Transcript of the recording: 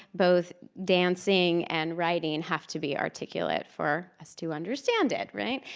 both dancing and writing have to be articulate for us to understand it, right?